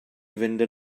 fynd